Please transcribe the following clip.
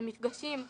המפגשים,